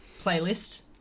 playlist